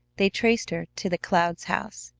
they traced her to the clouds' house.